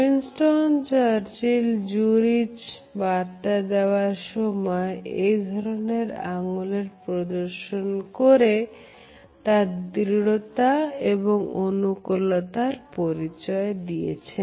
Winston Churchill যুরিচ বার্তা দেওয়ার সময় এই ধরনের আঙ্গুলের প্রদর্শন করে তার দৃঢ়তা এবং অনুকুলতার পরিচয় দিয়েছেন